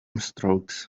strokes